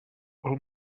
all